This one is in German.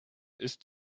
ist